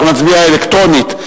ואנחנו נצביע אלקטרונית,